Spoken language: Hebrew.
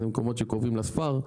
זה מקומות שקרובים לספר,